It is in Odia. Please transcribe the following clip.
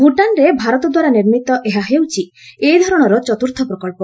ଭୁଟାନ୍ରେ ଭାରତଦ୍ୱାରା ନିର୍ମିତ ଏହା ହେଉଛି ଏ ଧରଣର ଚତୁର୍ଥ ପ୍ରକଳ୍ପ